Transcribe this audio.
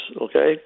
okay